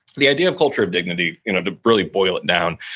the idea of culture of dignity, you know to really boil it down,